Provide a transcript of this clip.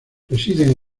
residen